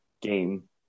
game